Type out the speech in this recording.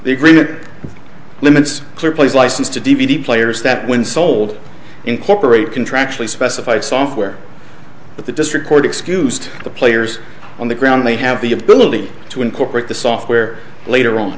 the agreement limits their place license to d v d players that when sold incorporate contractually specified software but the district court excused the players on the ground they have the ability to incorporate the software later on